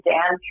Dan